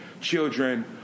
children